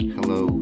Hello